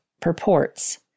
purports